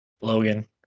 Logan